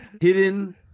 hidden